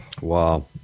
Wow